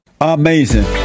Amazing